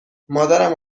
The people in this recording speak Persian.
مادرم